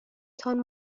تان